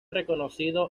reconocido